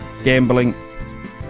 gambling